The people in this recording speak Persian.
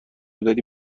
داری